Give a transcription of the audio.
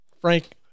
Frank